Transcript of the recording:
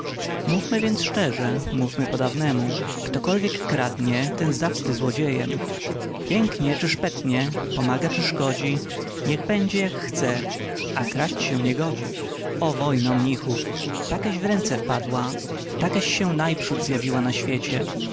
mówmy więc szczerze mówmy podawnemu ktokolwiek kradnie ten zawsze złodziejem pięknie czy szpetnie pomaga czy szkodzi niech będzie jak chce a kraść się nie godzi o wojno mnichów takeś w ręce wpadła takeś się naprzód zjawiła na świecie